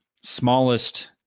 smallest